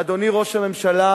אדוני ראש הממשלה,